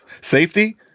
Safety